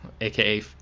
aka